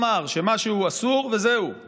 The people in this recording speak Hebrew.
קיימנו ישיבות בוועדת הכספים בנוגע